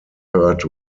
third